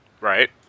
right